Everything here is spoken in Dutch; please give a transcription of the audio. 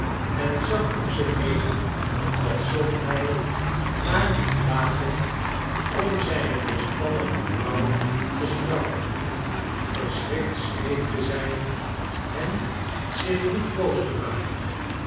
en zag om zich been als zocht hij naar een wapen om zijne weerspannige vrouw te straffen verschrikt smeekte zij hem zich niet boos te maken